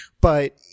But-